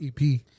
EP